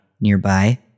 Nearby